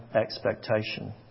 expectation